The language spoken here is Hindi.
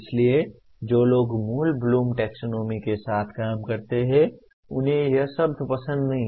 इसलिए जो लोग मूल ब्लूम टैक्सोनॉमी Bloom's taxonomy के साथ काम करते हैं उन्हें यह शब्द पसंद नहीं है